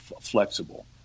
flexible